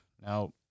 Now